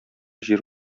җир